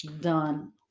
done